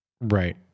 right